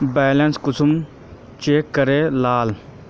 Balance कुंसम check करे लाल?